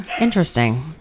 interesting